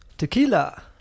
tequila